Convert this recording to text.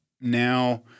now